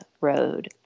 road